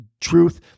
Truth